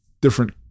different